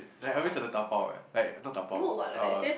like I always have to dabao right like not dabao uh